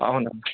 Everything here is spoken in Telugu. అవును